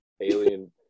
alien